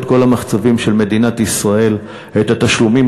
כל המחצבים של מדינת ישראל ואת התשלומים,